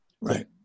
right